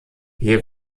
hier